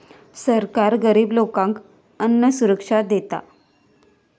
सरकार गरिब लोकांका अन्नसुरक्षा देता